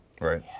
Right